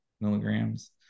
milligrams